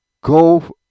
Go